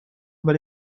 über